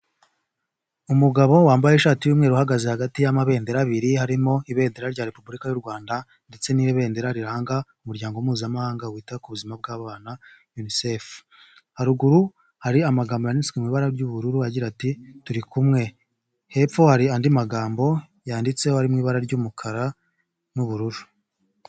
Umugabo wambaye ishati y'umweru uhagaze hagati y'amabendera abiri, harimo ibendera rya Repubulika y'u Rwanda, ndetse n'ibendera riranga umuryango mpuzamahanga wita ku buzima bw'abana UNICEF, haruguru hari amagambo yanditse mu ibara ry'ubururu agira ati:"Turi kumwemwe", hepfo hari andi magambo yanditseho ari mu ibara ry'umukara n'ubururu.